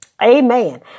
Amen